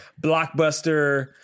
Blockbuster